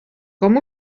com